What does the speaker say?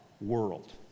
world